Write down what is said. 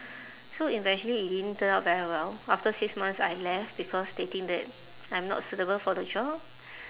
so eventually it didn't turn out very well after six months I left because they think that I'm not suitable for the job